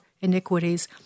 iniquities